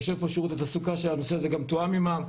יושב פה שירות התעסוקה שהנושא הזה תואם גם עימו,